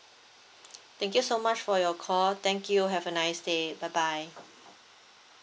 thank you so much for your call thank you have a nice day bye bye